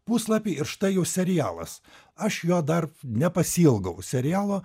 puslapį ir štai jau serialas aš jo dar nepasiilgau serialo